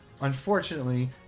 unfortunately